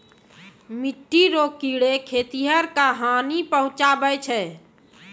मिट्टी रो कीड़े खेतीहर क हानी पहुचाबै छै